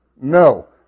No